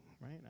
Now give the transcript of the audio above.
right